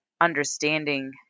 understanding